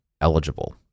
eligible